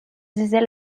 disait